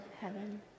heaven